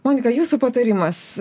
monika jūsų patarimas